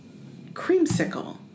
creamsicle